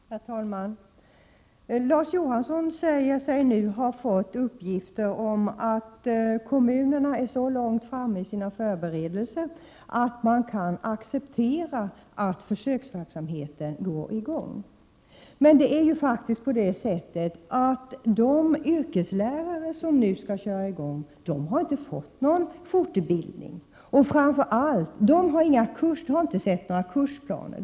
Herr talman! Larz Johansson säger sig nu ha fått uppgifter om att kommunerna har kommit så långt i sina förberedelser att de kan acceptera att försöksverksamheten sätts i gång. Men de yrkeslärare som nu skall köra i gång har faktiskt inte fått någon fortbildning. Framför allt har de inte sett några kursplaner.